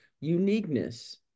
uniqueness